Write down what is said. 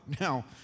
Now